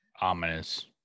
Ominous